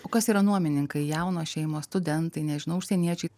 o kas yra nuomininkai jaunos šeimos studentai nežinau užsieniečiai